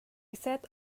set